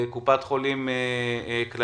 ומקופת חולים כללית.